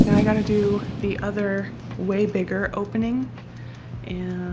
i got to do the other way bigger opening and